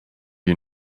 you